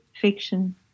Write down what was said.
fiction